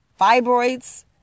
fibroids